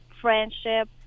friendship